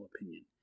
opinion